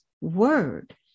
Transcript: Word